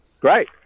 Great